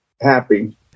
happy